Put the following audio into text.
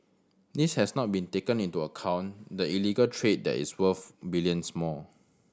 this has not been taken into account the illegal trade that is worth billions more